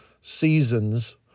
seasons